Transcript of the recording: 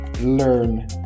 learn